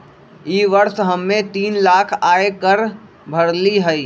ई वर्ष हम्मे तीन लाख आय कर भरली हई